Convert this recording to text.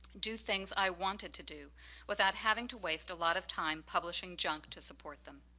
do things i wanted to do without having to waste a lot of time publishing junk to support them.